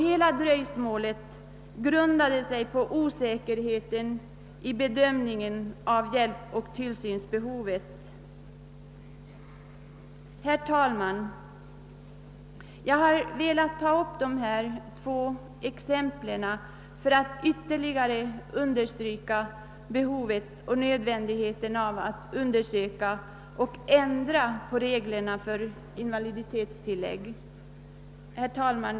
Hela dröjsmålet grundade sig på osäkerheten vid bedömningen av hjälpoch tillsynsbehovet. Herr talman! Jag har velat ta upp dessa två exempel för att ytterligare understryka behovet och nödvändigheten av en ändring av reglerna för invaliditetstillägg.